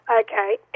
Okay